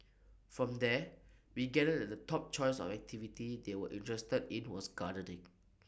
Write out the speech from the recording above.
from there we gathered that the top choice of activity they were interested in was gardening